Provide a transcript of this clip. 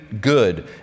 good